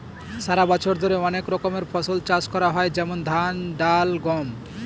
সারা বছর ধরে অনেক রকমের ফসল চাষ করা হয় যেমন ধান, ডাল, গম